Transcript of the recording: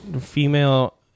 female